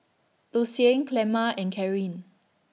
Lucian Clemma and Carin